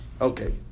Okay